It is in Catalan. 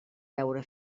veure